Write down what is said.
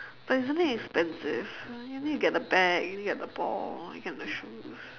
but isn't it expensive you need to get the bag you need to get the ball get the shoes